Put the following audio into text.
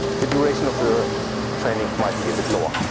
the duration of the training might be a bit lower,